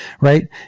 right